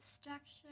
structure